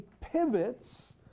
pivots